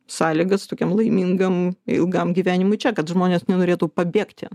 sąlygas tokiam laimingam ilgam gyvenimui čia kad žmonės nenorėtų pabėgti